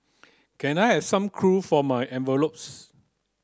can I have some for my envelopes